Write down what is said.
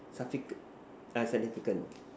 subsequent a significant